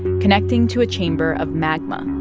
connecting to a chamber of magma,